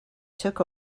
took